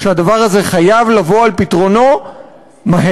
שהדבר הזה חייב לבוא על פתרונו מהר.